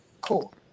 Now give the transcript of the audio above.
Cool